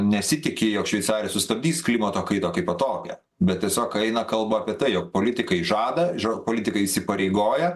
nesitiki jog šveicarija sustabdys klimato kaitą kaip va tokią bet tiesiog eina kalba apie tai jog politikai žadaža politikai įsipareigoja